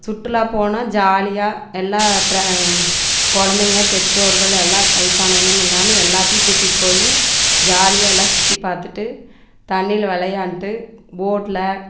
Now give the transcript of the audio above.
சுற்றுலா போனால் ஜாலியாக எல்லா ட்ரா குழந்தைங்க பெற்றோர்கள் எல்லா வைசானவிங்கன்னு இல்லாமல் எல்லாத்தையும் கூட்டிகிட்டு போய் ஜாலியாக எல்லாம் சுற்றி பார்த்துட்டு தண்ணியில விளையாண்ட்டு போட்டில்